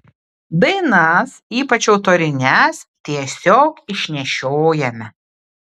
dainas ypač autorines tiesiog išnešiojame